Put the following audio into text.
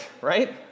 right